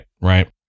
right